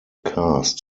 cast